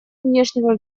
внешнего